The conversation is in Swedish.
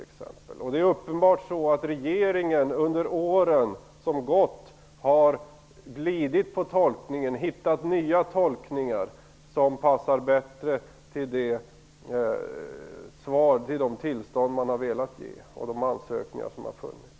Det är uppenbarligen så att regeringen under åren som gått hittat nya tolkningar som passat bättre för de tillstånd man velat ge och för de ansökningar som funnits.